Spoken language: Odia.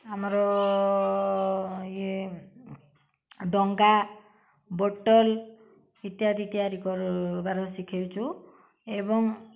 ଆମର ଇଏ ଡଙ୍ଗା ବୋଟଲ ଇତ୍ୟାଦି ତିଆରି କରବାର ଶିଖେଇଛୁ ଏବଂ